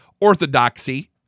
orthodoxy